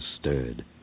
stirred